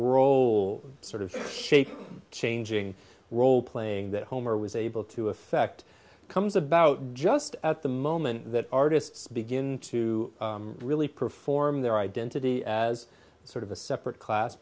role sort of shape changing role playing that homer was able to effect comes about just at the moment that artists begin to really perform their identity as sort of a separate class